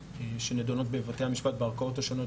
שנדונות בבתי המשפט בערכאות השונות.